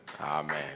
Amen